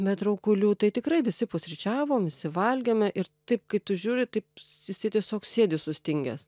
be traukulių tai tikrai visi pusryčiavom visi valgėme ir taip kaip tu žiūri taip isai tiesiog sėdi sustingęs